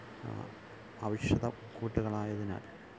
ഔഷധ കൂട്ടുകളായതിനാല്